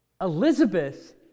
Elizabeth